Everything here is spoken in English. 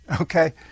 okay